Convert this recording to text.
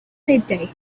midday